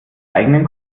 eigenen